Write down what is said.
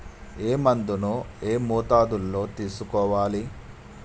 ఏ మందును ఏ మోతాదులో తీసుకోవాలి?